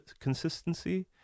consistency